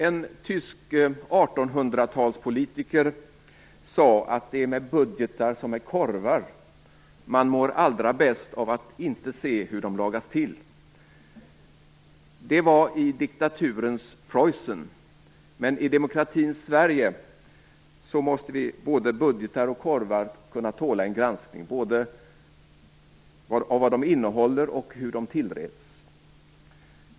En tysk 1800-tals politiker sade att det är med budgetar som med korvar; man mår allra bäst av att inte se hur de lagas till. Det var i diktaturens Preussen, men i demokratins Sverige måste både budgetar och korvar kunna tåla en granskning, av såväl innehållet som hur de tillreds.